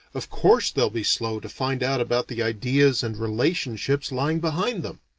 of course they'll be slow to find out about the ideas and relationships lying behind them